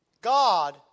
God